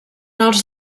els